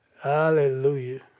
Hallelujah